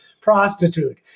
Prostitute